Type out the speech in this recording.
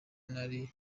nari